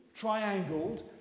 triangled